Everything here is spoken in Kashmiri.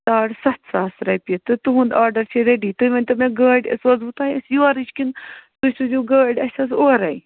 ساڑ سَتھ ساس رۄپیہِ تہٕ تُہنٛد آرڈر چھُ ریڈی تُہۍ ؤنۍتو مےٚ گاڑِ سوزوٕ تۄہہِ أسۍ یورٕچ کِنہٕ تُہۍ سوٗزِو گٲڑۍ اَسہِ حظ اورَے